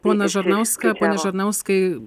poną žarnauską pone žarnauskai